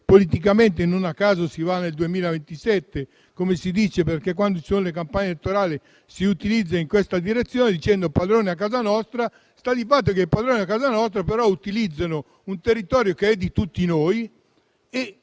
politicamente. Non a caso si va nel 2027, perché, quando ci sono le campagne elettorali, si va in questa direzione, dicendo «padroni a casa nostra». Sta di fatto che questi padroni a casa nostra utilizzano però un territorio che è di tutti noi.